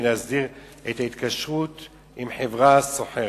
להסדיר את ההתקשרות עם חברה סוחרת.